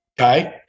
okay